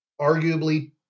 arguably